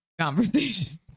conversations